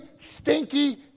stinky